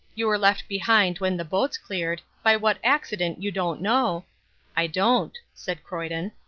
you were left behind when the boats cleared, by what accident you don't know i don't, said croyden.